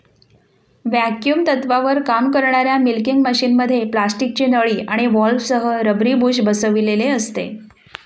vacuum तत्त्वावर काम करणाऱ्या मिल्किंग मशिनमध्ये प्लास्टिकची नळी आणि व्हॉल्व्हसह रबरी बुश बसविलेले असते